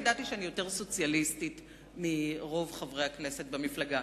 ידעתי שאני יותר סוציאליסטית מרוב חברי הכנסת במפלגה.